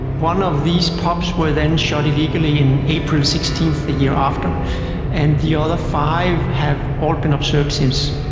one of these pups were then shot illegally in april sixteenth the year after and the other five have all been observed since.